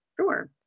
Sure